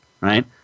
right